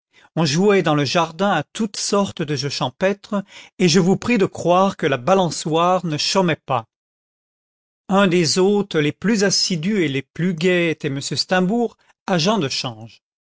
on jouait dans le jardin àtoute sorte de jeux champêtres et je vous prie de croire que la balançoire ne chômait pas un des hôtes les plus assidus et les plus gais était m steimbourg agent de change